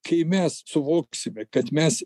kai mes suvoksime kad mes